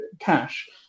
cash